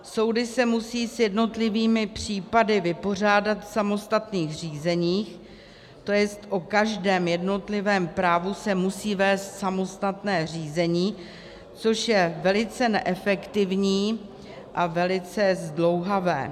Soudy se musí s jednotlivými případy vypořádat v samostatných řízeních, to jest o každém jednotlivém právu se musí vést samostatné řízení, což je velice neefektivní a velice zdlouhavé.